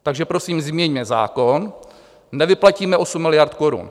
Takže prosím změňme zákon, nevyplatíme 8 miliard korun.